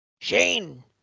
Shane